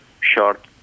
short